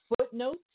footnotes